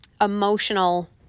emotional